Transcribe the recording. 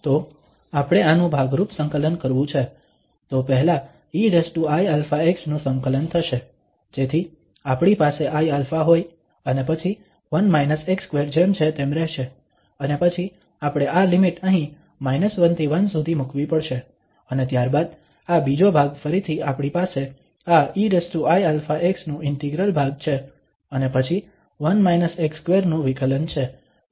તો આપણે આનું ભાગરૂપ સંકલન કરવું છે તો પહેલા eiαx નું સંકલન થશે જેથી આપણી પાસે iα હોય અને પછી 1 x2 જેમ છે તેમ રહેશે અને પછી આપણે આ લિમિટ અહીં −1 થી 1 સુધી મુકવી પડશે અને ત્યારબાદ આ બીજો ભાગ ફરીથી આપણી પાસે આ eiαx નું ઇન્ટિગ્રલ ભાગ છે અને પછી 1 x2 નું વિકલન છે જે 2x છે